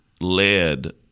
led